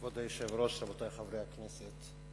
כבוד היושב-ראש, רבותי חברי הכנסת,